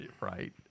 Right